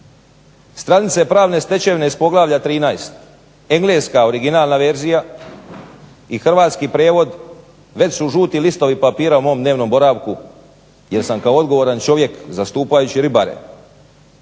Stranice pravne stečevine iz poglavlja 13, engleska originalna verzija i hrvatski prijevod već su žuti listovi papira u mom dnevnom boravku jer sam kao odgovoran čovjek zastupajući ribare